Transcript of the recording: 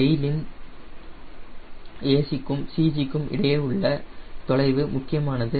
c of the tail CG க்கும் இடையே உள்ள தொலைவு முக்கியமானது